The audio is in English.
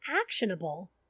actionable